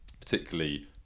particularly